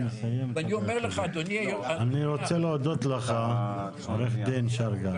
אני רוצה להודות לך עו"ד שרגא.